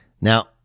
Now